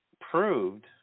proved